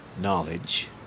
knowledge